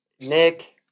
Nick